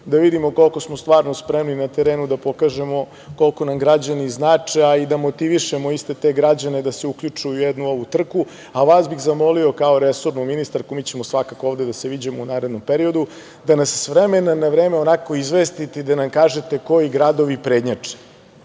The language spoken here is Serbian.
da vidimo koliko smo stvarno spremni na terenu da pokažemo koliko nam građani znače, a i da motivišemo iste te građane da se uključe u jednu ovu trku, a vas bih zamolio kao resornu ministarku, mi ćemo svakako ovde da se viđamo u narednom periodu, da nas s vremena na vreme onako izvestite i da nam kažete koji gradovi prednjače,